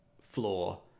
floor